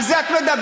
על זה את מדברת?